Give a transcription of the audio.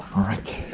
alright